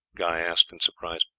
guy asked in surprise.